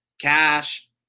Cash